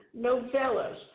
novellas